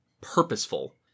purposeful